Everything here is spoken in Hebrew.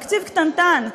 תקציב קטנטן.